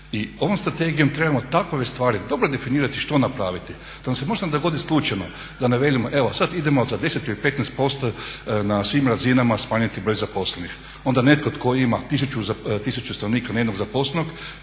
I ovom strategijom trebamo takve stvari dobro definirati što napraviti da nam se možda ne dogodi slučajno da ne velim evo sada idemo za 10 ili 15% na svim razinama smanjiti broj zaposlenih onda netko tko ima tisuću stanovnika na jednog zaposlenog